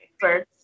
first